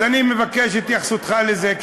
אז אני מבקש התייחסותך לזה,